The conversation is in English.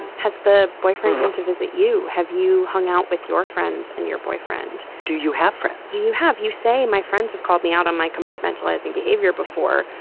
has the boyfriend come to visit you? have you hung out with your friends and your boyfriend? do you have friends? do you have you say, my friends have called me out on my compartmentalizing behavior before.